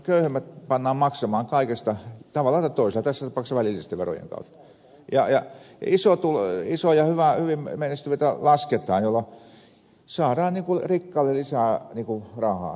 köyhemmät pannaan maksamaan kaikesta tavalla tai toisella tässä tapauksessa välillisten verojen kautta ja isotuloisilta ja hyvin menestyviltä lasketaan jolloin saadaan rikkaille lisää rahaa